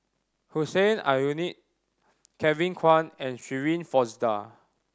Hussein Aljunied Kevin Kwan and Shirin Fozdar